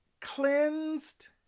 Cleansed